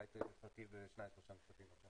המנכ"לית תרחיב בשניים-שלושה משפטים.